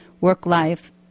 work-life